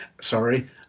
Sorry